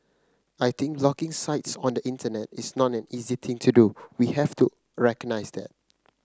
I think blocking sites on the Internet is not an easy thing to do we have to recognise that